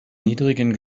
niedrigen